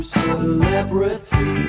celebrity